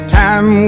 time